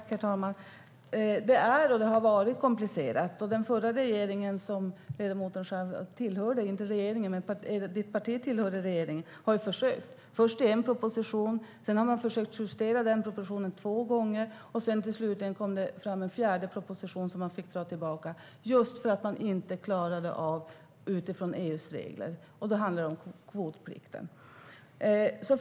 Herr talman! Det är och har varit komplicerat. Den förra regeringen, som ledamotens parti tillhörde, har ju försökt. Först försökte man i en proposition som man har försökt justera två gånger, och sedan kom det slutligen en fjärde proposition som man fick dra tillbaka. Det var just för att man inte klarade av detta utifrån EU:s regler. Då handlar det om kvotplikten.